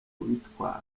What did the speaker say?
kubitwara